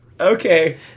Okay